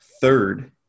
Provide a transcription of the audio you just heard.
third